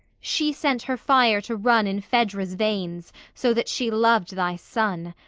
she sent her fire to run in phaedra's veins, so that she loved thy son.